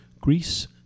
Greece